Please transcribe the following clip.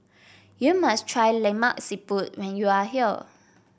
you must try Lemak Siput when you are here